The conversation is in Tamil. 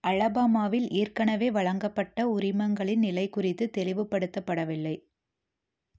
அலபாமாவில் ஏற்கனவே வழங்கப்பட்ட உரிமங்களின் நிலை குறித்து தெளிவுபடுத்தப்படவில்லை